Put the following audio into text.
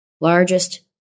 largest